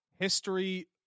History